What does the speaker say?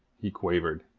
he quavered.